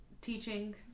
teaching